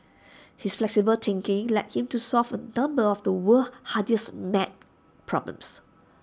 his flexible thinking led him to solve A number of the world's hardest mat problems